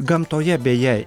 gamtoje beje